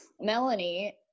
melanie